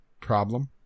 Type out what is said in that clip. problem